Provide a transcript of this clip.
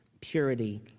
purity